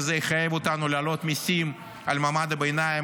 וזה יחייב אותנו להעלות מיסים על מעמד הביניים,